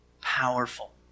powerful